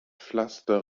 pflaster